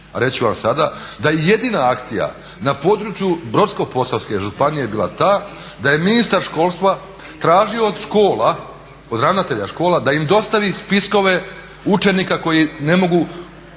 ću vam sada, da je jedina akcija na području Brodsko-posavske županije bila ta da je ministar školstva tražio od škola, od ravnatelja škola da im dostavi spiskove učenika koji nemaju